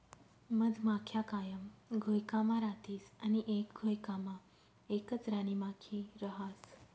मधमाख्या कायम घोयकामा रातीस आणि एक घोयकामा एकच राणीमाखी रहास